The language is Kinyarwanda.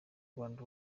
rwanda